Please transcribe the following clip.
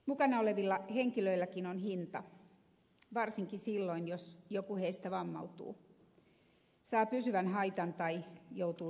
mukana olevilla henkilöilläkin on hinta varsinkin silloin jos joku heistä vammautuu saa pysyvän haitan tai joutuu työkyvyttömäksi